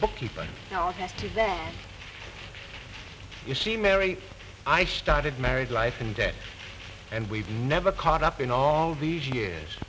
bookkeeper to them you see mary i started married life in debt and we've never caught up in all these years